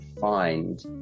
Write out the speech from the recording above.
find